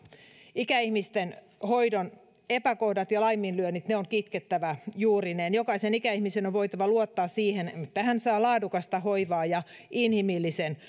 ikäihmisten hoidon epäkohdat ja laiminlyönnit on kitkettävä juurineen jokaisen ikäihmisen on voitava luottaa siihen että hän saa laadukasta hoivaa ja inhimillisen